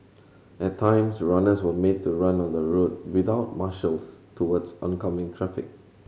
at times runners were made to run on the road without marshals towards oncoming traffic